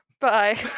Bye